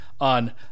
on